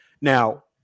Now